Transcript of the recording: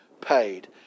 paid